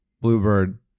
Bluebird